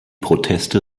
proteste